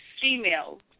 Females